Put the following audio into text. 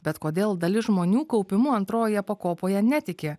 bet kodėl dalis žmonių kaupimu antrojoje pakopoje netiki